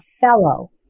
fellow